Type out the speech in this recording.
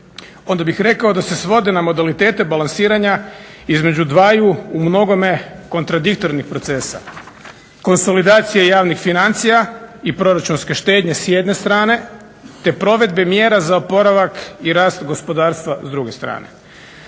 onda bih rekao da se svode na modalitete balansiranja između dvaju u mnogome kontradiktornih procesa: konsolidacije javnih financija i proračunske štednje s jedne strane te provedbe mjera za oporavak i rast gospodarstva s druge strane.